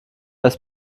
das